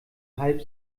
halb